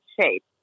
shape